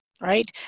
right